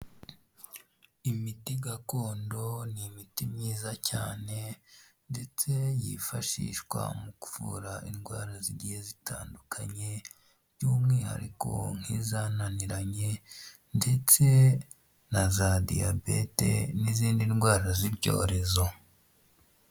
Imiti gakondo ni imiti myiza cyane, ndetse yifashishwa mu kuvura indwara zgiye zitandukanye, by'umwihariko nk'izananiranye ndetse na za diyabete, n'izindi ndwara z'ibyorezo.